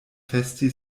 festi